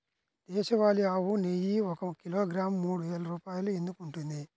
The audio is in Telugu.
దేశవాళీ ఆవు నెయ్యి ఒక కిలోగ్రాము మూడు వేలు రూపాయలు ఎందుకు ఉంటుంది?